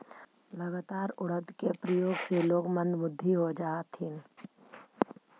लगातार उड़द के प्रयोग से लोग मंदबुद्धि हो जा हथिन